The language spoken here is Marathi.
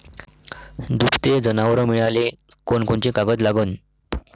दुभते जनावरं मिळाले कोनकोनचे कागद लागन?